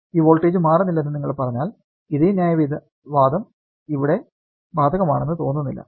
ഈ വോൾട്ടേജ് മാറില്ലെന്ന് നിങ്ങൾ പറഞ്ഞാൽ ഇതേ ന്യായവാദം ഇവിടെ ബാധകമാണെന്ന് തോന്നുന്നില്ല